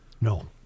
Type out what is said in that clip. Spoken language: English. No